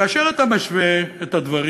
כאשר אתה משווה את הדברים,